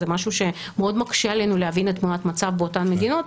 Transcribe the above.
זה מאוד מקשה עלינו להבין את תמונת המצב באותן מדינות,